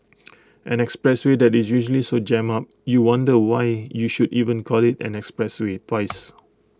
an expressway that is usually so jammed up you wonder why you should even call IT an expressway twice